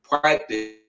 practice